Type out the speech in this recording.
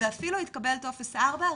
ואפילו התקבל טופס 4,